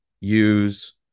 use